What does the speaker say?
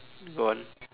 go on